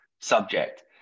subject